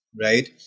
right